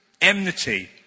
enmity